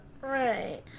Right